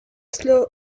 slovénie